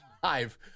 five